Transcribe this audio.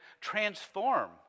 transform